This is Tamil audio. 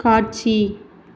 காட்சி